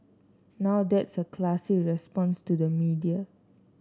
now that's a classy response to the media